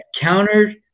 countered